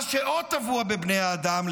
מה שעוד טבוע בבני אדם,